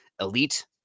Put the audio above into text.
elite